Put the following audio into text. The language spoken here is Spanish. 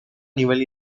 nivel